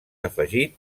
afegit